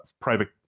private